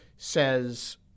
says